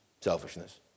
selfishness